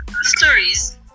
stories